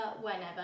whenever